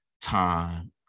time